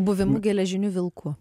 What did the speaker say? buvimu geležiniu vilku